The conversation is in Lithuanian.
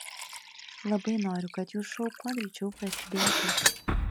labai noriu kad jų šou kuo greičiau prasidėtų